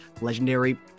legendary